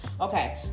Okay